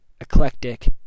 eclectic